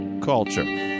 Culture